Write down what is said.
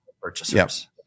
purchasers